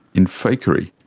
in fakery.